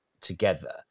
together